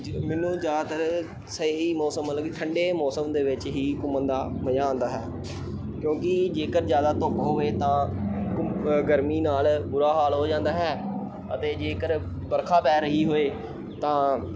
ਜ਼ ਮੈਨੂੰ ਜ਼ਿਆਦਾਤਰ ਸਹੀ ਮੌਸਮ ਮਤਲਬ ਕਿ ਠੰਡੇ ਮੌਸਮ ਦੇ ਵਿੱਚ ਹੀ ਘੁੰਮਣ ਦਾ ਮਜ਼ਾ ਆਉਂਦਾ ਹੈ ਕਿਉਂਕਿ ਜੇਕਰ ਜ਼ਿਆਦਾ ਧੁੱਪ ਹੋਵੇ ਤਾਂ ਘੁੰ ਗਰਮੀ ਨਾਲ਼ ਬੁਰਾ ਹਾਲ ਹੋ ਜਾਂਦਾ ਹੈ ਅਤੇ ਜੇਕਰ ਵਰਖਾ ਪੈ ਰਹੀ ਹੋਏ ਤਾਂ